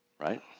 Right